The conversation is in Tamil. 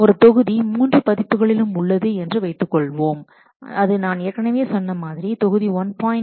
ஒரு தொகுதி மூன்று பதிப்புகளிலும் உள்ளது என்று வைத்துக்கொள்வோம் அது நான் ஏற்கனவே சொன்ன மாதிரி தொகுதி 1